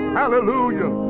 hallelujah